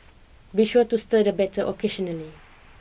be sure to stir the batter occasionally